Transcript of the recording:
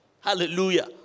Hallelujah